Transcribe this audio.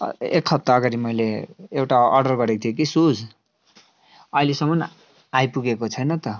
एक हप्ता अगाडि मैले एउटा अर्डर गरेको थिएँ कि सुज अहिलेसम्म आइपुगेको छैन त